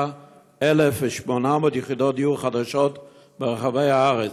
27,800 יחידות דיור חדשות ברחבי הארץ,